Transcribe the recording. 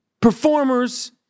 performers